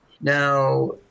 Now